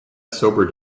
sobered